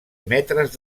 metres